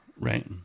Right